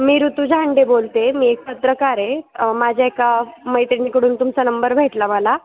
मी ऋतूजी हांडे बोलते मी एक पत्रकार आहे माझ्या एका मैत्रिणीकडून तुमचा नंबर भेटला मला